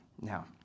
Now